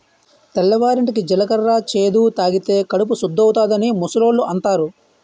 తెల్లవారింటికి జీలకర్ర చేదు తాగితే కడుపు సుద్దవుతాదని ముసలోళ్ళు అంతారు